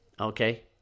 Okay